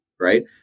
right